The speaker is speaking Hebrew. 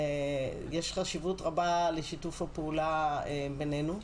יש חשיבות רבה לשיתוף הפעולה בינינו.